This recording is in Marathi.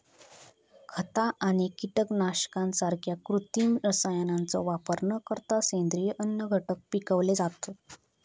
खता आणि कीटकनाशकांसारख्या कृत्रिम रसायनांचो वापर न करता सेंद्रिय अन्नघटक पिकवले जातत